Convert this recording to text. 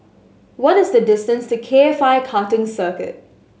what is the distance to K F I Karting Circuit